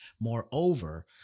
Moreover